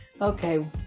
Okay